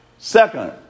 Second